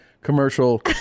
commercial